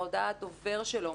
בהודעת הדובר שלו,